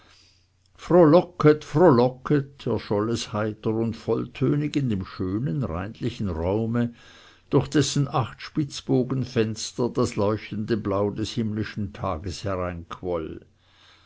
frohlocket frohlocket erscholl es heiter und volltönig in dem schönen reinlichen raume durch dessen acht spitzbogenfenster das leuchtende blau des himmlischen tages